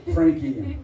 Frankie